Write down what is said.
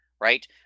Right